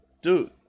Dude